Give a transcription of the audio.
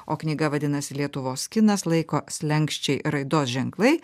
o knyga vadinasi lietuvos kinas laiko slenksčiai raidos ženklai